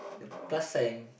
the plus sign